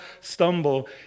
stumble